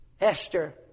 Esther